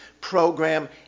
program